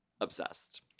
Obsessed